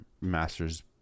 masters